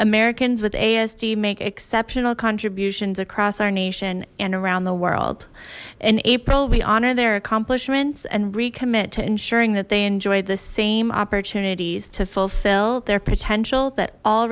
americans with asd make exceptional contributions across our nation and around the world in april we honor their accomplishments and recommit to ensuring that they enjoy the same opportunities to fulfill their potential that all